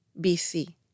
BC